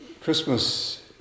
Christmas